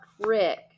Rick